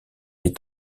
est